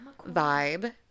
vibe